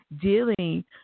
dealing